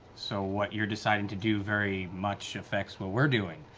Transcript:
so what you're deciding to do very much affects what we're doing.